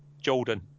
Jordan